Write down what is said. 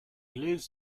lives